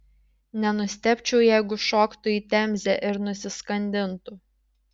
nenustebčiau jeigu šoktų į temzę ir nusiskandintų